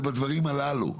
זה בדברים הללו.